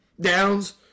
Downs